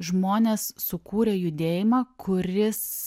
žmonės sukūrė judėjimą kuris